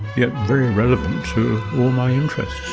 yet very relevant to all my interests.